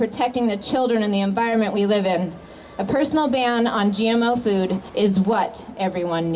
protecting the children and the environment we live in a personal ban on g m o food is what everyone